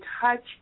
touch